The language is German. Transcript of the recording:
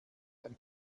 ein